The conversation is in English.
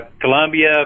Colombia